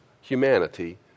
humanity